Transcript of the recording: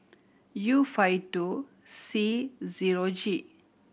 U five two C zero G